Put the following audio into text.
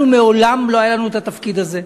אנחנו, מעולם לא היה לנו התפקיד הזה.